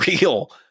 real